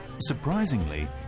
Surprisingly